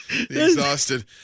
Exhausted